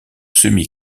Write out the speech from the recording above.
semi